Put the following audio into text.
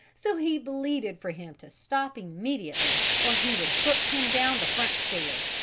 so he bleated for him to stop immediately or he would hook him down the front stair.